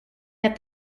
that